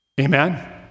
amen